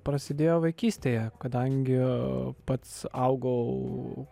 prasidėjo vaikystėje kadangi pats augau